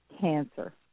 cancer